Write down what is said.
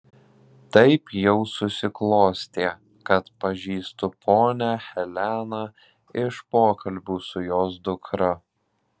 taip jau susiklostė kad pažįstu ponią heleną iš pokalbių su jos dukra